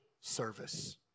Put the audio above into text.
service